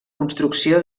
construcció